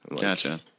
gotcha